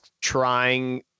trying